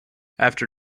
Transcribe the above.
after